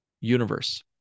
universe